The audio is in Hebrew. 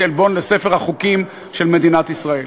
זה עלבון לספר החוקים של מדינת ישראל.